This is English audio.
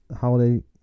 holiday